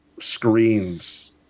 screens